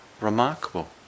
remarkable